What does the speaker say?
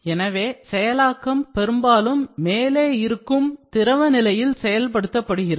எனவே செயலாக்கம் பெரும்பாலும் மேலே இருக்கும் திரவ நிலையில் செயல்படுத்தப்படுகிறது